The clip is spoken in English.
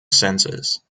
senses